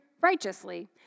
righteously